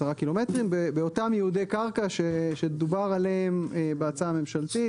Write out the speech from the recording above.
קילומטרים באותם ייעודי קרקע שדובר עליהם בהצעה הממשלתית,